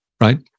right